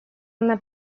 una